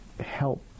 help